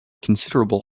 considerable